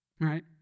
Right